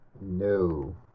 No